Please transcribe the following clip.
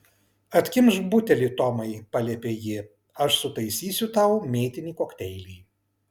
atkimšk butelį tomai paliepė ji aš sutaisysiu tau mėtinį kokteilį